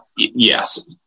Yes